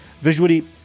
visually